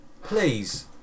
Please